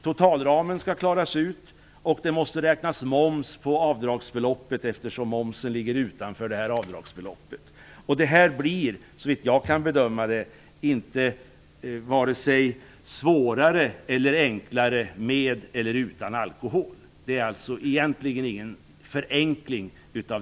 Totalramen skall klaras ut, och det måste räknas moms på avdragsbeloppet eftersom momsen ligger utanför avdragsbeloppet. Det blir, såvitt jag kan bedöma det, inte vare sig svårare eller enklare med eller utan alkohol. Det är alltså egentligen ingen förenkling.